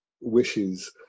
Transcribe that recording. wishes